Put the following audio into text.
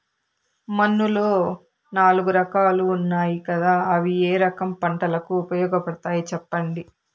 మన్నులో నాలుగు రకాలు ఉన్నాయి కదా అవి ఏ రకం పంటలకు ఉపయోగపడతాయి చెప్పండి?